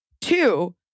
Two